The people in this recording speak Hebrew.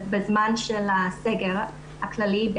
בזמן של הסגר הכללי,